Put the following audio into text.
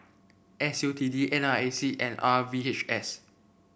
S U T D N R A C and R V H S